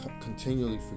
continually